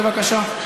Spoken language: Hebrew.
בבקשה.